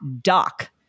doc